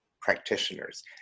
practitioners